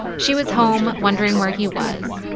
she was home wondering where he was.